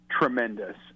tremendous